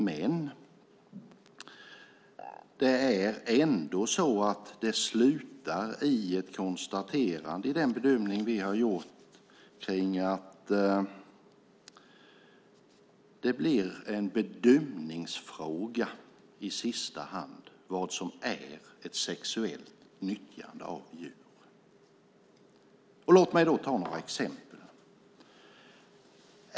Men vi konstaterar att det i sista hand blir en bedömningsfråga vad som är ett sexuellt nyttjande av djur. Låt mig ta några exempel.